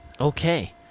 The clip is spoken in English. Okay